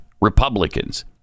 Republicans